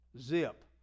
Zip